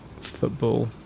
football